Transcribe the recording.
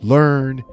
Learn